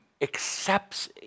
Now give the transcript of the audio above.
accepts